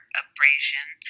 abrasion